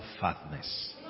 fatness